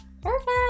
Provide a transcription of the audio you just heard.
Perfect